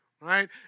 right